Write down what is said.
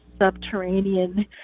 subterranean